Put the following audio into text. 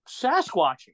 Sasquatching